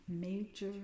major